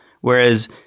Whereas